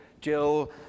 Jill